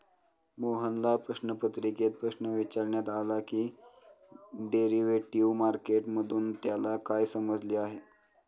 मोहनला प्रश्नपत्रिकेत प्रश्न विचारण्यात आला की डेरिव्हेटिव्ह मार्केट मधून त्याला काय समजले आहे?